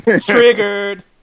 triggered